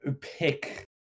pick